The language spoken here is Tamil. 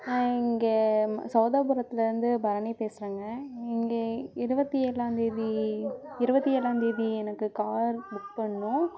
இங்கே சௌதாபுரத்துலேருந்து பரணி பேசுகிறங்க இங்கே இருபத்தி ஏழாந்தேதி இருபத்தி ஏழாந்தேதி எனக்கு கார் புக் பண்ணணும்